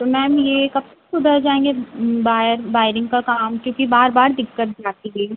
तो मैम यह कब तक सुधर जाएँगे बायर बायरिंग का काम क्योंकि बार बार दिक्कत भी आती है